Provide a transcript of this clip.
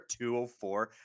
204